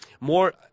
more